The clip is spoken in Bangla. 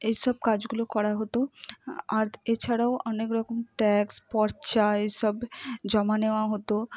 এইসব কাজগুলো করা হতো আর এছাড়াও অনেক রকম ট্যাক্স পর্চা এইসব জমা নেওয়া হতো